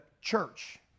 church